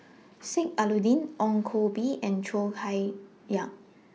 Sheik Alau'ddin Ong Koh Bee and Cheo Chai Hiang